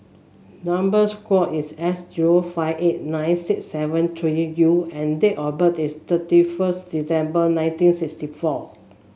number is S zero five eight nine six seven three U and date of birth is thirty first December nineteen sixty four